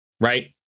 right